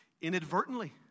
inadvertently